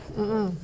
ah ah